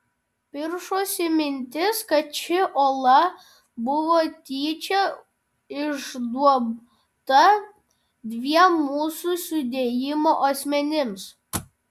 piršosi mintis kad ši ola buvo tyčia išduobta dviem mūsų sudėjimo asmenims